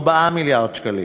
4 מיליארד שקלים,